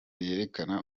yerekana